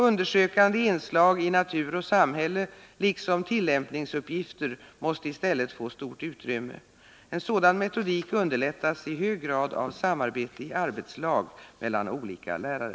Undersökande inslag, i natur och samhälle, liksom tillämpningsuppgifter måste i stället få stort utrymme. En sådan metodik underlättas i hög grad av samarbete i arbetslag mellan olika lärare.”